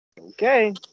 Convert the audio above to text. Okay